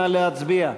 נא להצביע.